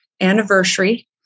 anniversary